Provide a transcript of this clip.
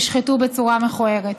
הושחתו בצורה מכוערת.